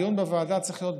דיון בוועדה צריך להיות בחוק,